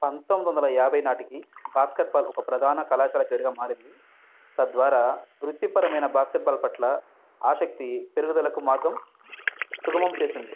పంతొమ్మిదొందల యాబై నాటికి బాస్కెట్బాల్ ఒక ప్రధాన కళాశాల క్రీడగా మారింది తద్వారా వృత్తిపరమైన బాస్కెట్బాల్ పట్ల ఆసక్తి పెరుగుదలకు మార్గం సుగమం చేసింది